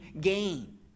gain